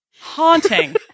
haunting